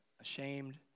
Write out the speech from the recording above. ashamed